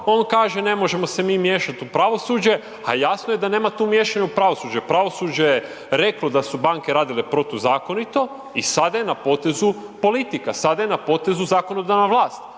on kaže ne možemo se mi miješat u pravosuđe, a jasno je da nema tu miješanja u pravosuđe, pravosuđe je reklo da su banke radile protuzakonito i sada je na potezu politika, sada je na potezu zakonodavna vlast.